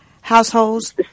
households